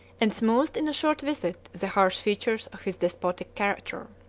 and smoothed in a short visit the harsh features of his despotic character.